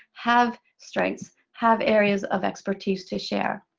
have strengths, have areas of expertise to share.